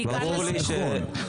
שיהיה ברור,